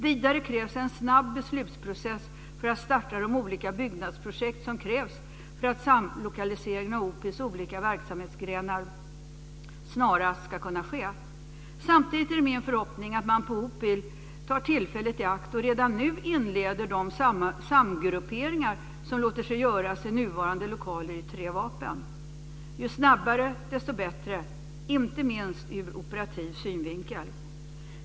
Vidare krävs en snabb beslutsprocess för att starta de olika byggnadsprojekt som krävs för att samlokaliseringen av OPIL:s olika verksamhetsgrenar snarast ska kunna ske. Samtidigt är det min förhoppning att man på OPIL tar tillfället i akt och redan nu inleder de samgrupperingar som låter sig göras i nuvarande lokaler i Tre Vapen. Ju snabbare, desto bättre - inte minst ur operativ synvinkel.